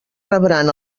rebran